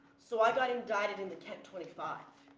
so i got invited into kent twenty five.